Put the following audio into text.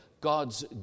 God's